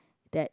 that